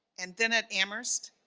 and then at amherst,